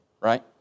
right